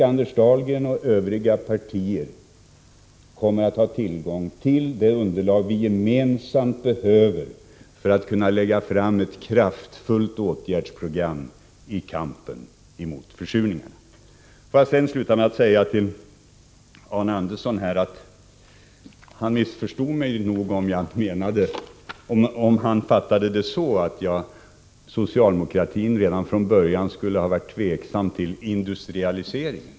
Anders Dahlgren och företrädarna för övriga partier kommer att ha tillgång till det underlag vi gemensamt behöver för att kunna lägga fram ett kraftfullt åtgärdsprogram i kampen mot försurningen. Får jag sluta med att säga till Arne Andersson i Ljung att han missförstod mig om han fattade det så att socialdemokratin redan från början skulle ha varit tveksam till industrialiseringen.